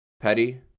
Petty